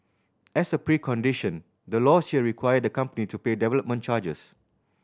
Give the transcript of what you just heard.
as a precondition the laws here require the company to pay development charges